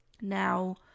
Now